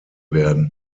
werden